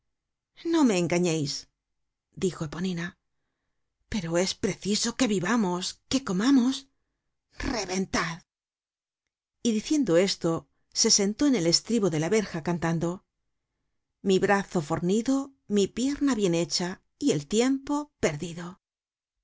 no me engañeis dijo eponina pero es preciso que vivamos que comamos reventad y diciendo esto se sentó en el estribo de la verja cantando mi brazo fornido mi pierna bien hecha y el tiempo perdido se